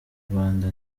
rwanda